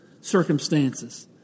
circumstances